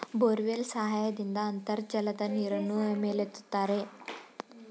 borewell ಸಹಾಯದಿಂದ ಅಂತರ್ಜಲದ ನೀರನ್ನು ಮೇಲೆತ್ತುತ್ತಾರೆ